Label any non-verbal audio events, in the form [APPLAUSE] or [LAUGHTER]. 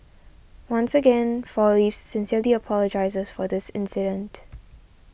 once again Four Leaves sincerely apologises for this incident [NOISE]